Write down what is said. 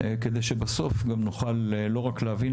כדי שבסוף גם נוכל לא רק להבין,